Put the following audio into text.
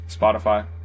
Spotify